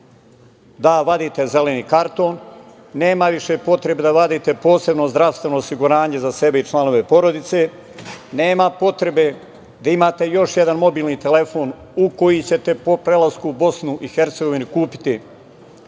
da vadite zeleni karton, nema više potrebe da vadite posebno zdravstveno osiguranje za sebe i članove porodice, nema potrebe da imate još jedan mobilni telefon u koji ćete po prelasku u BiH kupiti